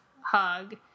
hug